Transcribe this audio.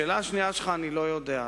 השאלה השנייה שלך, אני לא יודע.